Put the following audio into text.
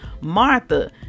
Martha